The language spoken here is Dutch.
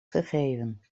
gegeven